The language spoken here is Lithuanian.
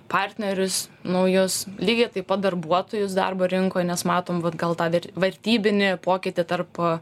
partnerius naujus lygiai taip pat darbuotojus darbo rinkoj nes matom vat gal tą ver vertybinį pokytį tarp